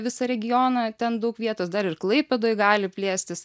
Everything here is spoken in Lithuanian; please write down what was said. visą regioną ten daug vietos dar ir klaipėdoj gali plėstis